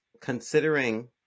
considering